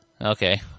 Okay